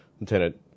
Lieutenant